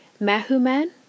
Mahuman